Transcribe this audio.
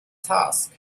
task